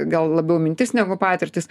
gal labiau mintis negu patirtis